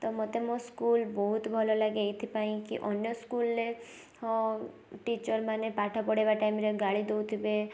ତ ମତେ ମୋ ସ୍କୁଲ ବହୁତ ଭଲ ଲାଗେ ଏଇଥିପାଇଁ କି ଅନ୍ୟ ସ୍କୁଲରେ ହଁ ଟିଚର ମାନେ ପାଠ ପଢ଼େଇବା ଟାଇମରେ ଗାଳି ଦଉଥିବେ